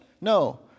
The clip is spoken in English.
No